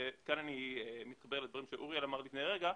כאשר כאן אני מתחבר לדברים שאוריאל אמר לפני רגע,